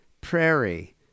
Prairie